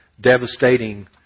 devastating